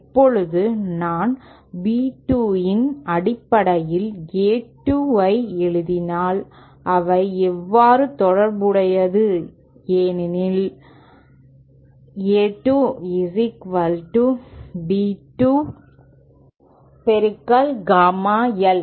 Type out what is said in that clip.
இப்போது நான் B 2 இன் அடிப்படையில் A 2 ஐ எழுதினால் அவை எவ்வாறு தொடர்புடையது எனில் A 2 B 2 காமா L